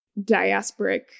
diasporic